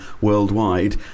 worldwide